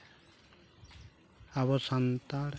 ᱟᱵᱚ ᱥᱟᱱᱛᱟᱲ